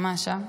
ממש, אה?